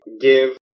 give